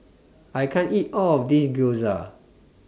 I can't eat All of This Gyoza